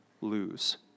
Lose